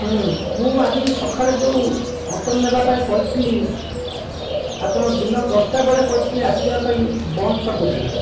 ହୁଁ ମୁଁ ଆଜି ସକାଳେ ଯୋଉ ଅଟୋ ନେବାପାଇଁ କହିଥିଲି ଆପଣ ଦିନ ଦଶଟା ବେଳେ କହିଥିଲେ ଆସିବାପାଇଁ ବଞ୍ଚ ଛକକୁ